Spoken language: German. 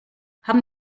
haben